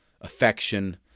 affection